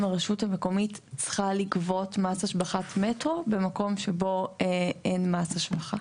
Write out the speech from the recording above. הרשות המקומית צריכה לגבות מס השבחת מטרו במקום שבו אין מס השבחה